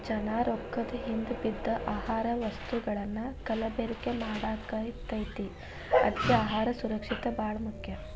ಜನಾ ರೊಕ್ಕದ ಹಿಂದ ಬಿದ್ದ ಆಹಾರದ ವಸ್ತುಗಳನ್ನಾ ಕಲಬೆರಕೆ ಮಾಡಾಕತೈತಿ ಅದ್ಕೆ ಅಹಾರ ಸುರಕ್ಷಿತ ಬಾಳ ಮುಖ್ಯ